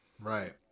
Right